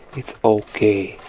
it's okay,